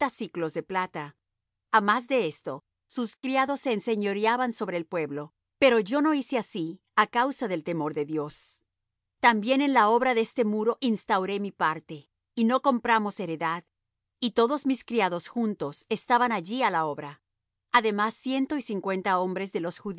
siclos de plata á más de esto sus criados se enseñoreaban sobre el pueblo pero yo no hice así á causa del temor de dios también en la obra de este muro instauré mi parte y no compramos heredad y todos mis criados juntos estaban allí á la obra además ciento y cincuenta hombres de los